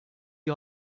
die